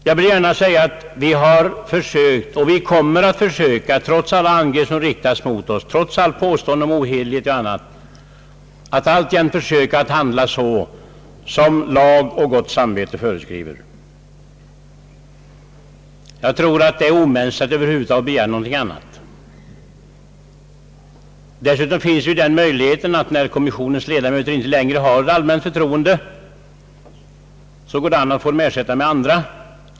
Jag vill gärna säga att vi har försökt och att vi kommer att försöka, trots alla angrepp som riktas mot oss och trots alla påståenden om ohederlighet och annat, att handla såsom lag och gott samvete föreskriver. Det är omänskligt över huvud taget att begära något annat. Dessutom finns den möjligheten, om kommissionen ledamöter inte längre har allmänt förtroende, att de kan ersättas med andra.